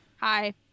Hi